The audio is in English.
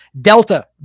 Delta